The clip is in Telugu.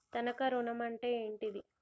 తనఖా ఋణం అంటే ఏంటిది?